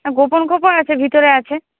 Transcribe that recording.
গোপন খোপও আছে ভিতরে আছে